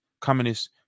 Communist